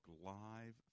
Live